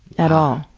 at all.